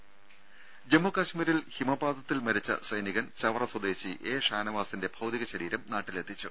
ദേദ ജമ്മു കശ്മീരിൽ ഹിമപാതത്തിൽ മരിച്ച സൈനികൻ ചവറ സ്വദേശി എ ഷാനവാസിന്റെ ഭൌതികശരീരം നാട്ടിലെത്തിച്ചു